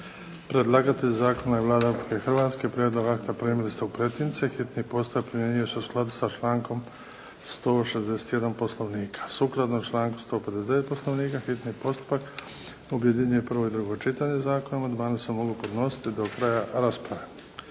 Predlagatelj zakona je Vlada Republike Hrvatske. Prijedlog akta primili ste u pretince. Hitni postupak primjenjuje se sa člankom 161. Poslovnika. Sukladno članku 159. Poslovnika hitni postupak objedinjuje prvo i drugo čitanje zakona. Amandmani se mogu podnositi do kraja rasprave.